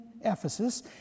ephesus